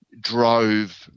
drove